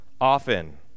often